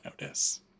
notice